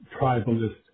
tribalist